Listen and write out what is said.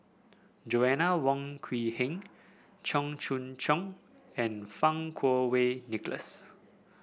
Joanna Wong Quee Heng Cheong Choong Kong and Fang Kuo Wei Nicholas